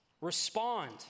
Respond